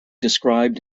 described